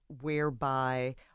whereby